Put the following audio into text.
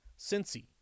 Cincy